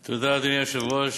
תודה, אדוני היושב-ראש.